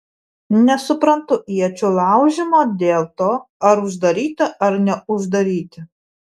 nesuprantu iečių laužymo dėl to ar uždaryti ar neuždaryti